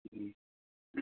उम